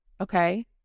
okay